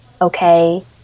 okay